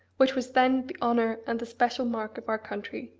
which was then the honour and the special mark of our country,